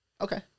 Okay